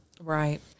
Right